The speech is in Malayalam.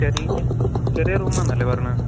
അത് ചെറിയ റൂമാണെന്നല്ലേ പറഞ്ഞത്